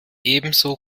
ebenso